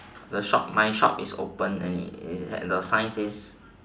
the shop my shop is open and it the sign says